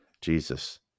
Jesus